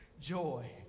joy